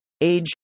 age